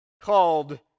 called